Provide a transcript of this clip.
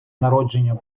народження